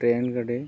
train ᱜᱟᱹᱰᱤ